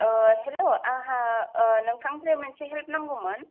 आह हेल' अहा नोंथांजों मोनसे हेल्प नांगौमोन हेल' आव